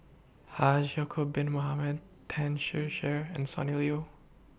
Haji Ya'Acob Bin Mohamed Tan Ser Cher and Sonny Liew